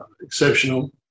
exceptional